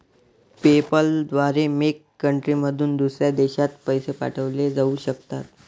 PayPal द्वारे मेक कंट्रीमधून दुसऱ्या देशात पैसे पाठवले जाऊ शकतात